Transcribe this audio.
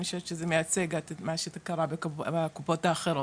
בקופת חולים מכבי ואני שזה מייצג את מה שקרה בקופות האחרות.